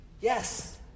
Yes